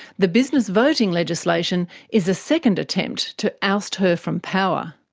the business voting legislation is a second attempt to oust her from power.